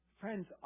Friends